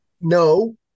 No